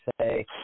say